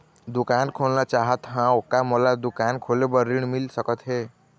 दुकान खोलना चाहत हाव, का मोला दुकान खोले बर ऋण मिल सकत हे?